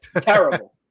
Terrible